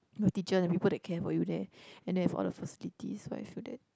your teacher and we put the care for you there and there have all the facilities so I feel that